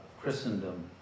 Christendom